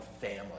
family